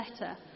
letter